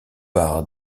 par